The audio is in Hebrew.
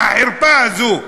מהחרפה הזאת,